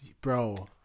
bro